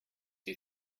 you